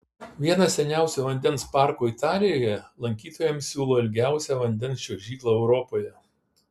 vienas seniausių vandens parkų italijoje lankytojams siūlo ilgiausią vandens čiuožyklą europoje